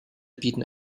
bieten